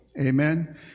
Amen